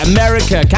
America